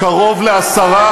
עוד פעם סייבר?